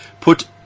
put